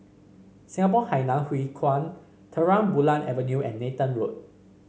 Singapore Hainan Hwee Kuan Terang Bulan Avenue and Nathan Road